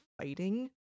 fighting